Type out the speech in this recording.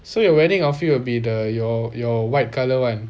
so your wedding outfit will be the your your white colour [one]